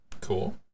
Cool